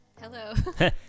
hello